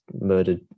murdered